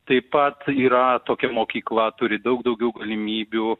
taip pat yra tokia mokykla turi daug daugiau galimybių